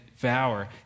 devour